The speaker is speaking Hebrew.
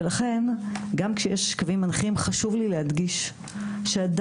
ולכן גם כשיש קווים מנחים חשוב לי להדגיש שעדיין